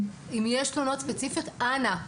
אנא,